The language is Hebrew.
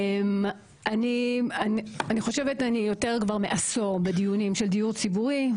אני חושבת שאני יותר מעשור בדיונים של דיור ציבורי.